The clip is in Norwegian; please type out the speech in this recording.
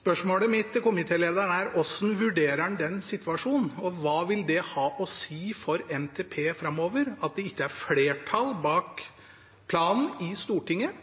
Spørsmålet mitt til komitélederen er: Hvordan vurderer han den situasjonen, og hva vil det ha å si for NTP framover at det ikke er flertall bak planen i Stortinget,